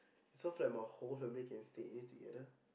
it's so flat my whole family can stay in it together